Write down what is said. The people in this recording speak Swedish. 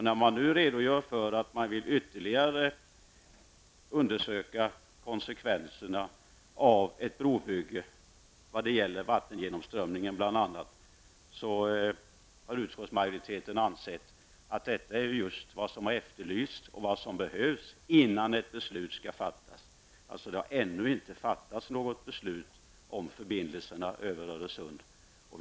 När man nu redogör för dessa saker och säger att man vill ytterligare undersöka konsekvenserna av ett brobygge bl.a. när det gäller vattengenomströmning, har utskottsmajoriteten ansett att detta är just vad som har efterlysts och vad som behövs innan beslut fattas i frågan. Något beslut om förbindelserna över Öresund har alltså ännu inte fattats.